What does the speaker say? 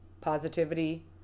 positivity